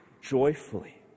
joyfully